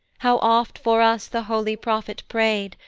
how oft for us the holy prophet pray'd!